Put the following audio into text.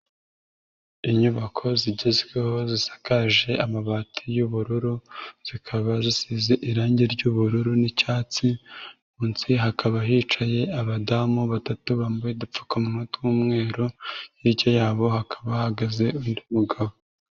Inyubako zigezweho zisakaje amabati y'ubururu zikaba zisize irangi ry'ubururu n'icyatsi, munsi hakaba hicaye abadamu batatu bambaye udupfukanwa t'umweru, hirya yabo hakaba hahagaze undi mugabo.